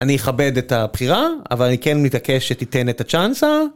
אני אכבד את הבחירה, אבל אני כן מתעקש שתיתן את הצ'אנסה.